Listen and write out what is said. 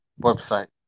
website